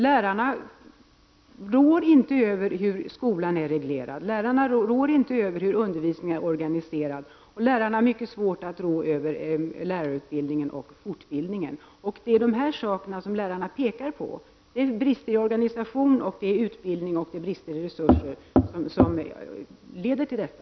Lärarna råder inte över hur skolan är reglerad, över hur undervisningen är organiserad, och de har mycket svårt att råda över lärarutbildningen och fortbildningen. Det är de sakerna som lärarna pekar på, det är brister i organisation, utbildning och resurser som leder till detta.